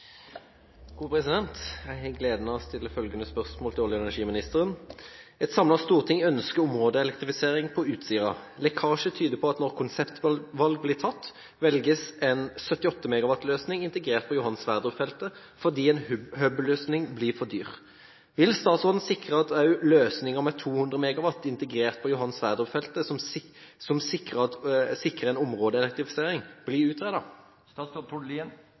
til olje- og energiministeren: «Et samlet storting ønsker områdeelektrifisering på Utsira. Lekkasjer tyder på at når konseptvalg blir tatt, velges en 78 MW-løsning integrert på Johan Sverdrup-feltet fordi en hub-løsning er for dyr. Vil statsråden sikre at også løsningen med 200 MW integrert på Johan Sverdrup-feltet som